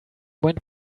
went